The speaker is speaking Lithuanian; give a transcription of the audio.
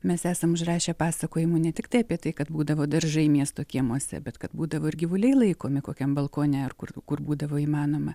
mes esam užrašę pasakojimų ne tiktai apie tai kad būdavo daržai miesto kiemuose bet kad būdavo ir gyvuliai laikomi kokiam balkone ar kur kur būdavo įmanoma